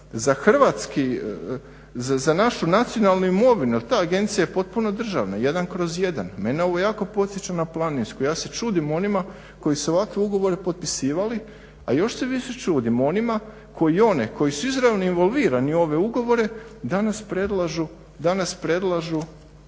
za hrvatski, za našu nacionalnu imovinu jer ta agencija je potpuno državna, jedan kroz jedan. Mene ovo jako podsjeća na planinsku. Ja se čudim onima koji su ovakve ugovore potpisivali a još se više čudim onima koji one koji su izravno evolvirali ove ugovore danas predlažu